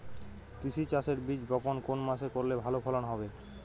তিসি চাষের বীজ বপন কোন মাসে করলে ভালো ফলন হবে?